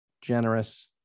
generous